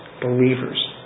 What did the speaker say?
believers